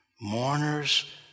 mourners